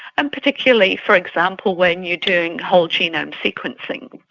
and particularly, for example, when you're doing whole genome sequencing.